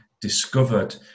discovered